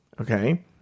okay